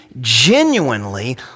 genuinely